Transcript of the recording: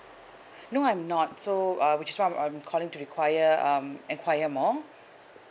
no I'm not so uh which is why I'm I'm calling to require um enquire more